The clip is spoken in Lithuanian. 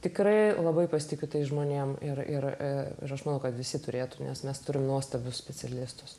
tikrai labai pasitikiu tais žmonėms ir ir aš manau kad visi turėtų nes mes turime nuostabius specialistus